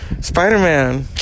Spider-Man